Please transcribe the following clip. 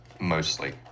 mostly